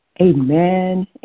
Amen